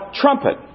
trumpet